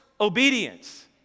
obedience